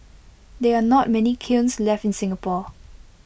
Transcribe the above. there are not many kilns left in Singapore